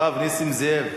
הרב נסים זאב.